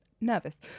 nervous